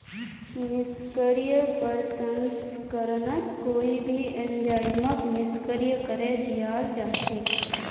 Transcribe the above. निष्क्रिय प्रसंस्करणत कोई भी एंजाइमक निष्क्रिय करे दियाल जा छेक